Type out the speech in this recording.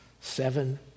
seven